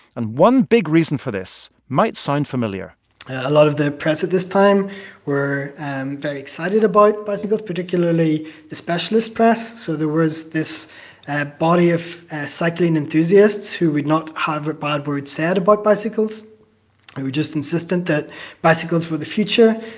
and one big reason for this might sound familiar a lot of the press at this time were very excited about bicycles, particularly the specialist press. so there was this body of cycling enthusiasts who would not have a bad word said about bicycles, who were just insistent that bicycles were the future,